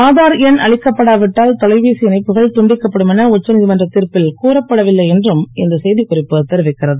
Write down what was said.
ஆதார் எண் அளிக்கப்படாவிட்டால் தொலைபேசி இணைப்புகள் துண்டிக்கப்படும் என உச்சநீ மன்ற தீர்ப்பில் கூறப்படவில்லை என்றும் இந்த செ க் குறிப்பு தெரிவிக்கிறது